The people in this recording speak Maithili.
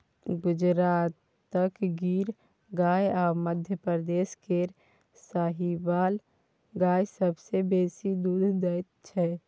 गुजरातक गिर गाय आ मध्यप्रदेश केर साहिबाल गाय सबसँ बेसी दुध दैत छै